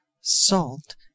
salt